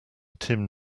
tim